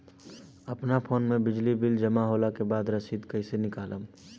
अपना फोन मे बिजली बिल जमा होला के बाद रसीद कैसे निकालम?